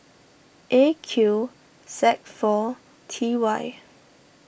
A Q Z four T Y